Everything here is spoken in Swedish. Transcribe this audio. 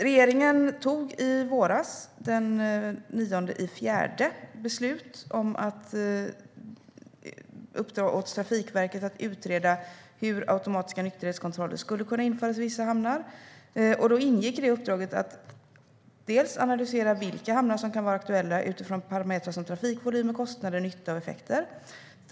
Regeringen tog i våras, den 9 april, beslut om att uppdra åt Trafikverket att utreda hur automatiska nykterhetskontroller skulle kunna införas i vissa hamnar. I uppdraget ingick att analysera vilka hamnar som kan vara aktuella utifrån parametrar som trafikvolymer, kostnader, nytta och effekter.